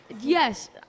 Yes